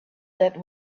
that